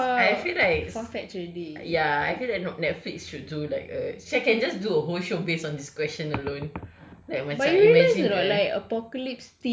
I feel like s~ ya I feel like ya I feel like Netflix should do like a seh can just do a whole show based on this question alone like macam imagine kan